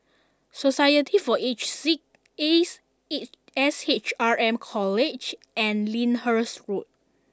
society for the Aged Sick Ace S H R M College and Lyndhurst school